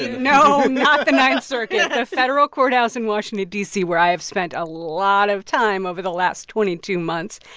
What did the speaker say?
no not the ninth circuit. the federal courthouse in washington, d c, where i have spent a lot of time over the last twenty two months.